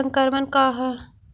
संक्रमण का है?